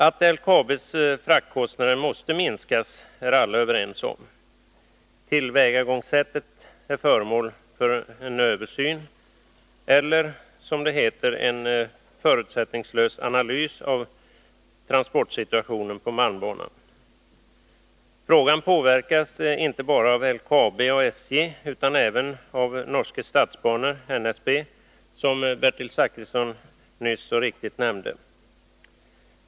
Att LKAB:s fraktkostnader måste minskas är alla överens om. Tillvägagångssättet är föremål för en översyn, eller, som det heter, en förutsättningslös analys av transportsituationen på malmbanan. Frågan påverkas inte bara av LKAB och SJ utan även av Norske Statsbaner, NSB, som Bertil Zachrisson nyss så riktigt sade.